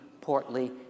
portly